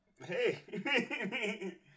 Hey